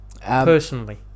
Personally